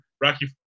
Rocky